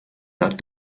not